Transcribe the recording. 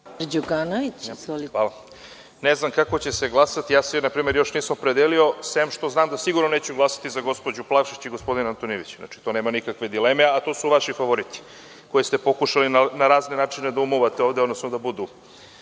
Ne znam kako će se glasati. Ja se, na primer, još nisam opredelio, sem što znam da sigurno neću glasati za gospođu Plavšić i gospodina Antonijevića. Tu nema nikakve dileme, a to su vaši favoriti koje ste pokušali na raznorazne načine da umuvate ovde, odnosno da budu